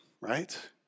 right